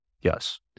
Yes